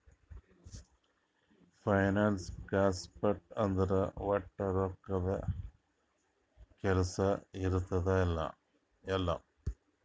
finance concept ಅಂದುರ್ ವಟ್ ರೊಕ್ಕದ್ದೇ ಕೆಲ್ಸಾ ಇರ್ತುದ್ ಎಲ್ಲಾ